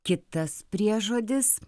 kitas priežodis